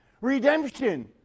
redemption